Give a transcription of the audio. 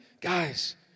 guys